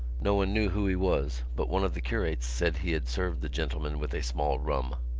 no one knew who he was but one of the curates said he had served the gentleman with a small rum.